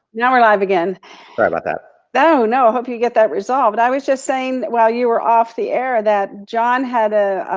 now we're alive again. sorry about that. oh, no. hope you get that resolved. i was just saying while you were off the air that john had a